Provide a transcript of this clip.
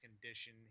condition